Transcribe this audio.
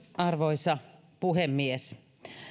arvoisa puhemies